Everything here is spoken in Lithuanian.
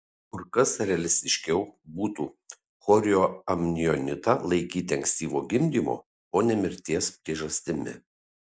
kur kas realistiškiau būtų chorioamnionitą laikyti ankstyvo gimdymo o ne mirties priežastimi